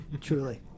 truly